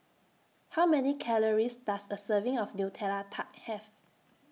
How Many Calories Does A Serving of Nutella Tart Have